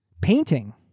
painting